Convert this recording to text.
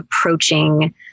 approaching